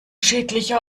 schädlicher